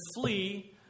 flee